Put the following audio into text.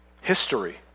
History